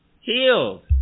healed